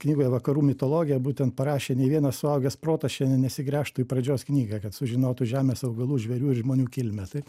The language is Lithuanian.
knygoje vakarų mitologija būtent parašė ne vienas suaugęs protas šiandien nesigręžtų į pradžios knygą kad sužinotų žemės augalų žvėrių ir žmonių kilmę taip